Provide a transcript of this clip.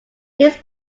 his